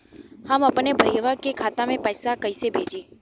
हम अपने भईया के खाता में पैसा कईसे भेजी?